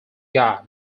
god